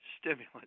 stimulant